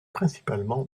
principalement